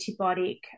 antibiotic